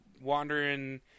wandering